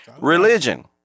Religion